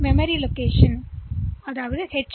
இப்போது அதுகுவிப்பியின் உள்ளடக்கத்தை வைக்க வேண்டும் எச்